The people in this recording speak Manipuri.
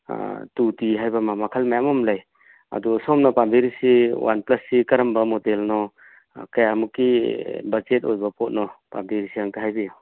ꯇꯨ ꯇꯤ ꯍꯥꯏꯕ ꯑꯃ ꯃꯈꯜ ꯃꯌꯥꯝ ꯑꯃ ꯂꯩ ꯑꯗꯨ ꯁꯣꯝꯅ ꯄꯥꯝꯕꯤꯔꯤꯁꯤ ꯋꯥꯟ ꯄ꯭ꯂꯁꯁꯤ ꯀꯔꯝꯕ ꯃꯣꯗꯦꯜꯅꯣ ꯑꯥ ꯀꯌꯥꯃꯨꯛꯀꯤ ꯕꯖꯦꯠ ꯑꯣꯏꯕ ꯄꯣꯠꯅꯣ ꯄꯥꯝꯕꯤꯔꯤꯁꯦ ꯑꯃꯨꯛꯇ ꯍꯥꯏꯕꯤꯌꯨ